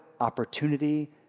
opportunity